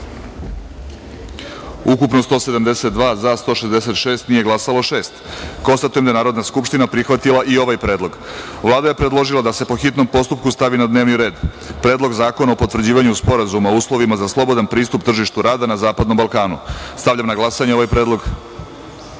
ukupno – 172, za – 166, nije glasalo – šest. Konstatujem da je Narodna skupština prihvatila i ovaj predlog. Vlada je predložila da se, po hitnom postupku, stavi na dnevni red Predlog zakona o potvrđivanju Sporazuma o uslovima za slobodan pristup tržištu rada na Zapadnom Balkanu. Stavljam na glasanje ovaj